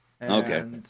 Okay